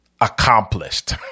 accomplished